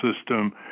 system